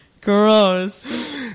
Gross